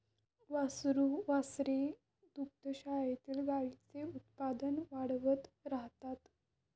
वासरू वासरे दुग्धशाळेतील गाईंचे उत्पादन वाढवत राहतात